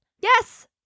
Yes